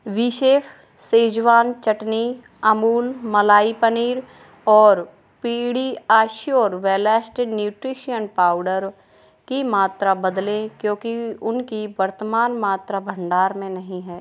WeChef schezwan chutney Amul malai paneer और PediaSure balanced nutrition powder की मात्रा बदलें क्योंकि उनकी वर्तमान मात्रा भंडार में नहीं है